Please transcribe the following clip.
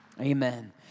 Amen